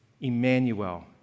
Emmanuel